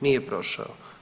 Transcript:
Nije prošao.